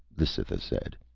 the cytha said.